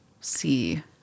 see